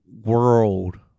world